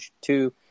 two